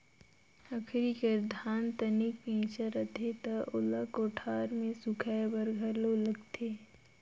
खरही कर धान तनिक कइंचा रथे त ओला कोठार मे सुखाए बर घलो लगथे